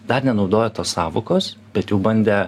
dar nenaudojo tos sąvokos bet jau bandė